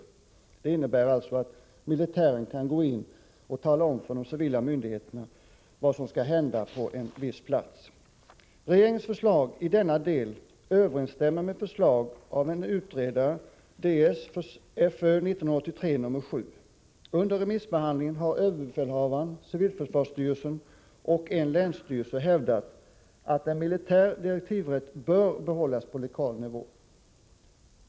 Detta innebär alltså att militären kan gå in och ge de civila myndigheterna besked om vad som skall hända på en viss plats. Regeringens förslag i denna del överensstämmer med förslag av en utredare . Under remissbehandlingen har överbefälhavaren, civilförsvarsstyrelsen och en länsstyrelse hävdat att en militär direktivrätt bör behållas på lokal nivå.